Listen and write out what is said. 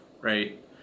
right